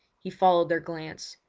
he followed their glance,